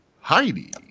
Heidi